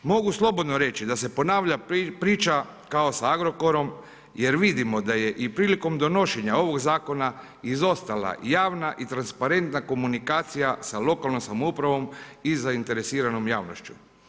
Mogu slobodno reći da se ponavlja priča kao sa Agrokorom jer vidimo da je i prilikom donošenja ovog zakona izostala javna i transparentna komunikacija sa lokalnom samoupravom i zainteresiranom javnošću.